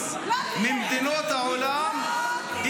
100% של מדינות העולם,